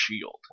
shield